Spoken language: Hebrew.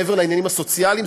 מעבר לעניינים הסוציאליים,